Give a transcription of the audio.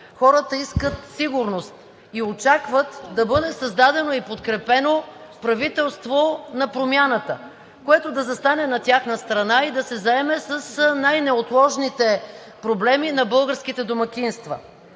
хората искат сигурност и очакват да бъде създадено и подкрепено правителство на промяната, което да застане на тяхна страна и да се заеме с най-неотложните проблеми на българските домакинства.